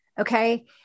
Okay